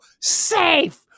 safe